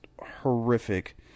horrific